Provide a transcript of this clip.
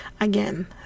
Again